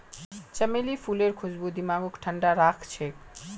चमेली फूलेर खुशबू दिमागक ठंडा राखछेक